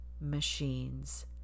machines